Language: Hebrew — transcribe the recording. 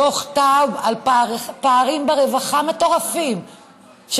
דוח טאוב על פערים מטורפים ברווחה,